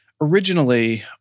Originally